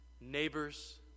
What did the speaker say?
neighbors